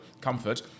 comfort